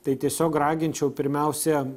tai tiesiog raginčiau pirmiausia